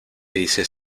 dices